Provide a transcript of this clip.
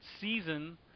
season